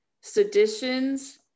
seditions